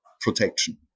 protection